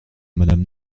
madame